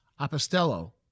apostello